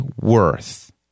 worth